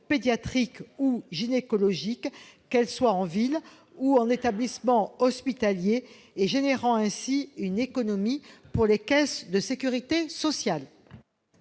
pédiatrique ou gynécologique, qu'elle soit en ville ou en établissement hospitalier, ce qui représente aussi une économie pour la sécurité sociale.